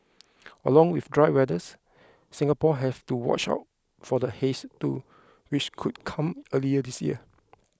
along with the dry weathers Singaporeans have to watch out for the haze too which could come earlier this year